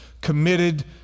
committed